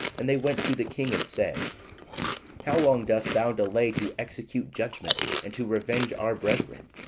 and they went to the king, and said how long dost thou delay to execute judgment, and to revenge our brethren?